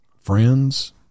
friends